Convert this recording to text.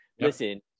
listen